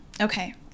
Okay